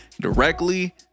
directly